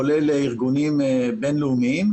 כולל ארגונים בין-לאומיים,